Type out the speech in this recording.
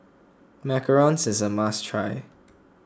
Macarons is a must try